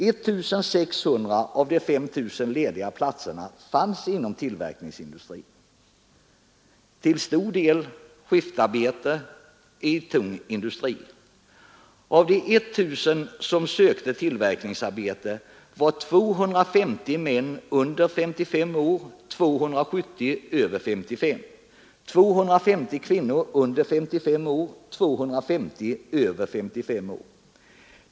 1 600 av de 5 000 lediga platserna fanns inom tillverkningsarbete, till stor del skiftarbete i tung industri. Av de 1 000 som sökte tillverkningsarbete var 250 män under 55 år och 270 över 55 år, 250 kvinnor under 55 år och 250 över 55 år.